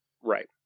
Right